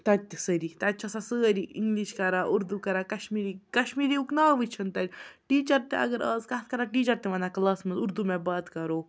تَتہِ تہِ سٲری تَتہِ چھِ آسان سٲری اِنٛگلِش کَران اُردو کَران کَشمیٖری کَشمیٖریُک ناوٕے چھِنہٕ تَتہِ ٹیٖچَر تہِ اگر آز کَتھ کَران ٹیٖچَر تہِ وَنان کٕلاَسَس منٛز اُردو میں بات کَرو